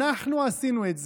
אנחנו עשינו את זה.